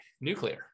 nuclear